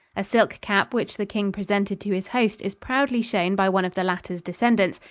a silk cap which the king presented to his host is proudly shown by one of the latter's descendants,